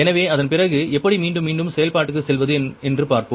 எனவே அதன் பிறகு எப்படி மீண்டும் மீண்டும் செயல்பாட்டுக்குச் செல்வது என்று பார்ப்போம்